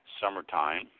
Summertime